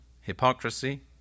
hypocrisy